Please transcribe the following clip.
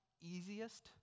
easiest